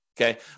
Okay